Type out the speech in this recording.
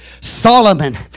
Solomon